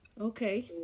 Okay